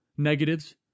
negatives